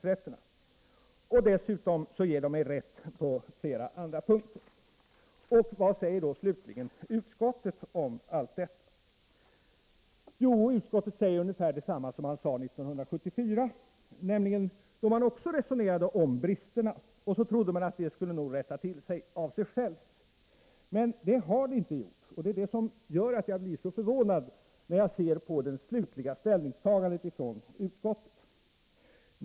Förbundet ger mig rätt på flera andra punkter också. Vad säger slutligen utskottet om allt detta? Jo, utskottet säger ungefär detsamma som man sade 1974 då det också resonerades om bristerna, som man trodde skulle rätta till sig av sig själv. Men det har de inte gjort, och det är därför som jag är så förvånad när jag ser på det slutliga ställningstagandet från utskottet.